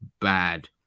bad